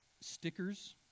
stickers